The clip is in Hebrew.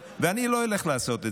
ואני לא אלך לעשות את זה,